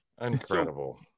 Incredible